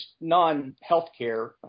non-healthcare